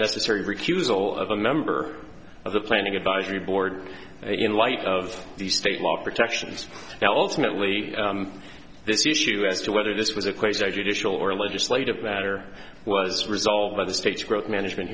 necessary refusal of a member of the planning advisory board in light of the state law protections now ultimately this issue as to whether this was a question educational or a legislative matter was resolved by the states growth management